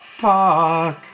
Park